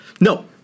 No